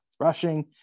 Rushing